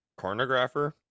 pornographer